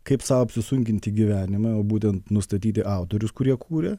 kaip sau apsisunkinti gyvenimą o būtent nustatyti autorius kurie kūrė